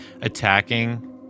attacking